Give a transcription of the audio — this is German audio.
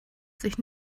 sich